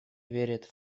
верит